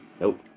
Nope